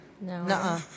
No